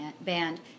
band